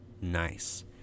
nice